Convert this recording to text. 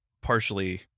partially